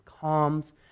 calms